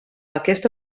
aquesta